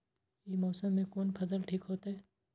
ई मौसम में कोन फसल ठीक होते?